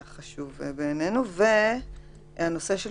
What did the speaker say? אנחנו רוצים להוסיף גם את הנושא של